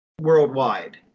worldwide